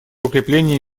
укрепление